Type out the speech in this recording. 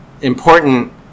important